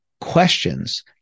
questions